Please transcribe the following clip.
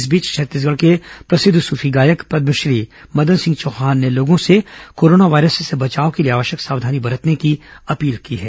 इस बीच छत्तीसगढ़ के प्रसिद्ध सूफी गायक पदमश्री मदन सिंह चौहान ने लोगों से कोरोना वायरस से बचाव के लिए आवश्यक सावधानी बरतने की अपील की है